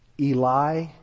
Eli